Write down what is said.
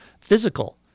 physical